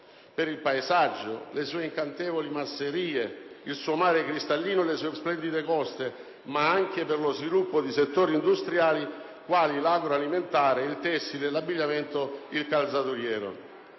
per il paesaggio, per le sue incantevoli masserie, per il suo mare cristallino e per le sue splendide coste, ma anche per lo sviluppo di settori industriali quali l'agroalimentare, il tessile, l'abbigliamento, il calzaturiero.